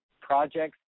projects